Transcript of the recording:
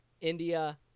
India